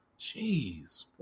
Jeez